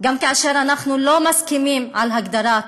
גם כאשר אנחנו לא מסכימים על הגדרת המושג.